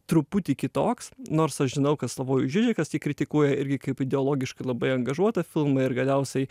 truputį kitoks nors aš žinau kad slavojus žižekas jį kritikuoja irgi kaip ideologiškai labai angažuotą filmą ir galiausiai